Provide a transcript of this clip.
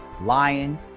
lying